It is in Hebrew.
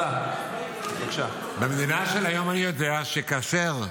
במדינה של היום לא משתמטים מהצבא.